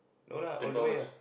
no lah all the way ah